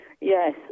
Yes